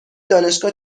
دانشگاه